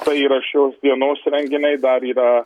tai yra šios dienos renginiai dar yra